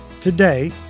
Today